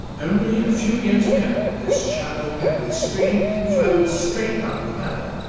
only a few years ago, this shallow, pebbly stream flowed straight down the valley.